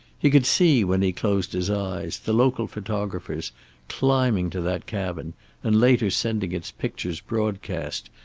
he could see, when he closed his eyes, the local photographers climbing to that cabin and later sending its pictures broadcast,